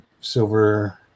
silver